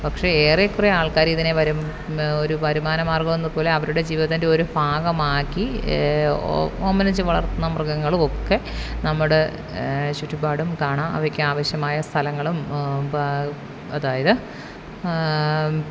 പക്ഷേ ഏറെക്കുറേ ആൾക്കാർ ഇതിനെ വരും ഒരു വരുമാന മാർഗ്ഗം എന്നതുപോലെ അവരുടെ ജീവിതത്തിൻ്റെ ഒരു ഭാഗമാക്കി ഓമനിച്ച് വളർത്തുന്ന മൃഗങ്ങളും ഒക്കെ നമ്മുടെ ചുറ്റുപാടും കാണാം അവയ്ക്ക് ആവശ്യമായ സ്ഥലങ്ങളും അതായത്